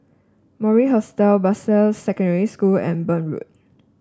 Mori Hostel Bartley Secondary School and Burn Road